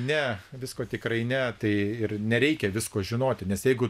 ne visko tikrai ne tai ir nereikia visko žinoti nes jeigu